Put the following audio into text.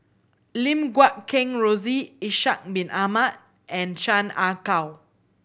Lim Guat Kheng Rosie Ishak Bin Ahmad and Chan Ah Kow